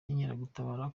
n’inkeragutabara